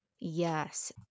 Yes